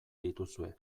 dituzue